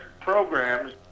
programs